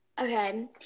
Okay